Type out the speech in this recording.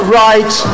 right